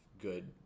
good